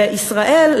וישראל,